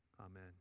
Amen